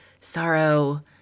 sorrow